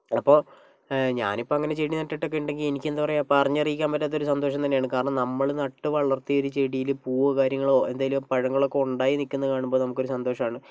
അപ്പോൾ ഞാനിപ്പോ അങ്ങനെ ചെടി നട്ടിട്ടൊക്കെ ഇണ്ടെങ്കി എനിക്കെന്താ പറയുവാ പറഞ്ഞറിയിക്കാൻ പറ്റാത്തൊരു സന്തോഷം തന്നെയാണ് കാരണം നമ്മൾ നട്ട് വളർത്തിയ ഒരു ചെടിയിൽ പൂവ് കാര്യങ്ങളോ എന്തെലും പഴങ്ങളൊക്കെ ഉണ്ടായി നിക്കുന്നത് കാണുമ്പോ നമ്മക്കൊരു സന്തോഷമാണ്